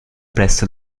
presso